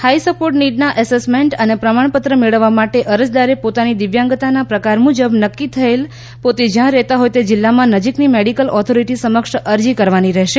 high support નીડના assessment અને પ્રમાણપત્ર મેળવવા માટે અરજદારે પોતાની દિવ્યાંગતાના પ્રકાર મુજબ નક્કી થયેલ પોતે જ્યાં રહેતા હોથ તે જિલ્લામાં નજીકની મેડિકલ ઓથોરિટી સમક્ષ અરજી કરવાની રહેશે